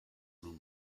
nun